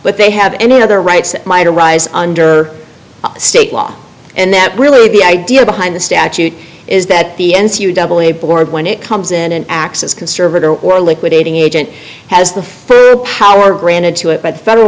but they have any other rights might arise under state law and that really the idea behind the statute is that the n c you double a board when it comes in an access conservator or liquidating agent has the power granted to it by the federal